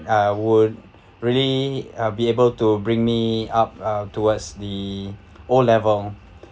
uh would really uh be able to bring me up uh towards the O level